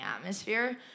atmosphere